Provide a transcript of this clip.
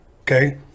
Okay